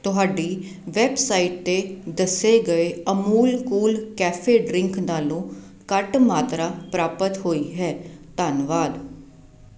ਤੁਹਾਡੀ ਵੈੱਬਸਾਈਟ 'ਤੇ ਦੱਸੇ ਗਏ ਅਮੂਲ ਕੂਲ ਕੈਫੇ ਡਰਿੰਕ ਨਾਲੋਂ ਘੱਟ ਮਾਤਰਾ ਪ੍ਰਾਪਤ ਹੋਈ ਹੈ ਧੰਨਵਾਦ